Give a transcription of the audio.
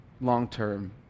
long-term